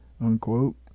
unquote